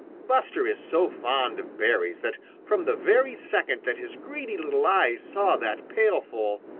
buster is so fond of berries that from the very second that his greedy little eyes saw that pailful,